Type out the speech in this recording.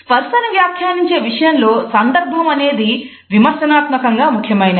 స్పర్సను వ్యాఖ్యానించే విషయంలో సందర్భం అనేది విమర్శనాత్మకంగా ముఖ్యమైనది